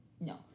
No